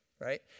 right